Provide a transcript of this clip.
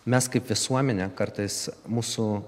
mes kaip visuomenė kartais mūsų